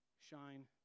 shine